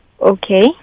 Okay